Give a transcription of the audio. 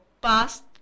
past